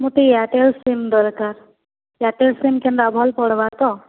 ମୋତେ Airtel sim ଦରକାର Airtel sim କେନ୍ତା ଭଲ୍ ପଡ଼ିବା ତ